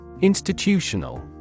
Institutional